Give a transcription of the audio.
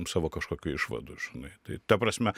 savo kažkokių išvadų žinai tai ta prasme